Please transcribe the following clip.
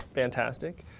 fantastic.